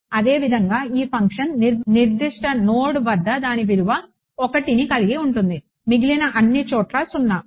అదేవిధంగా ఈ ఫంక్షన్ నిర్దిష్ట నోడ్ వద్ద దాని విలువ 1ని కలిగి ఉంటుంది మిగిలిన అన్నీ చోట్ల 0